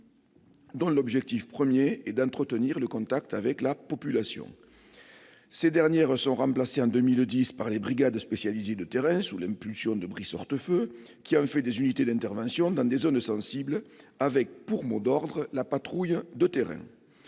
dont l'objectif premier était d'« entretenir le contact avec la population ». Ces dernières furent remplacées en 2010 par les brigades spécialisées de terrain, sous l'impulsion de Brice Hortefeux, qui en a fait des unités d'intervention dans des zones sensibles, avec pour mot d'ordre la patrouille de terrain.